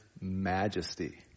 majesty